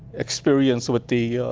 experience with the